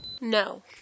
No